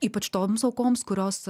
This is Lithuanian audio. ypač toms aukoms kurios